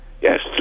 Yes